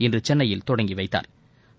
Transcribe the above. இன்று சென்னையில் தொடங்கி வைத்தாா்